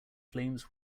flames